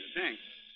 Thanks